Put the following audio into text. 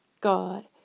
God